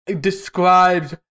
describes